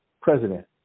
president